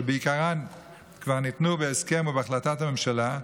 שבעיקרן כבר ניתנו בהסכם ובהחלטת הממשלה,